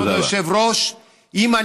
תודה רבה.